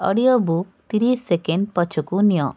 audio book ତିରିଶ second ପଛକୁ ନିଅ